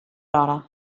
hora